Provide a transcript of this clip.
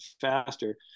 faster